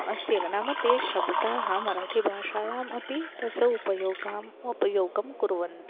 अस्त्येव नाम ते शब्दाः मराठिभाषायाम् अपि तस्य उपयोगम् उपयोगं कुर्वन्ति